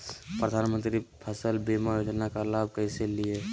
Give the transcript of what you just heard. प्रधानमंत्री फसल बीमा योजना का लाभ कैसे लिये?